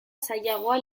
zailagoa